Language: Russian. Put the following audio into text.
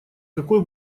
какой